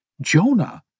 Jonah